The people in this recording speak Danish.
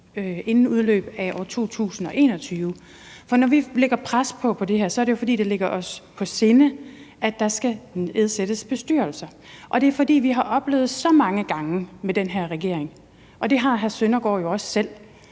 inden udløbet af år 2021? For når vi lægger pres på her, er det jo, fordi det ligger os på sinde, at der skal nedsættes bestyrelser. Og det er, fordi vi har oplevet så mange gange med den her regering, og det har hr. Søren Søndergaard jo også selv,